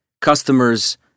customers